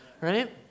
right